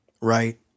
Right